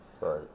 Right